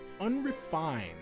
unrefined